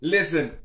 Listen